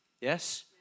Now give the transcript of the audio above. Yes